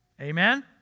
Amen